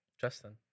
Justin